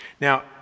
Now